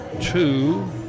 two